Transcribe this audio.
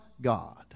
God